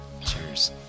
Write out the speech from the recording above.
Cheers